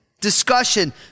discussion